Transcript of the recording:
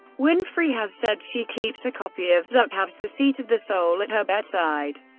winfrey has said she keeps a copy of zukav's the seat of the soul at her bedside,